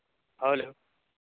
hello